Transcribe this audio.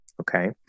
okay